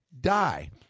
Die